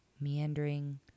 meandering